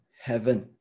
heaven